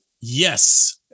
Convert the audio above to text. Yes